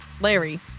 Larry